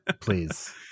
please